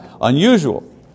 unusual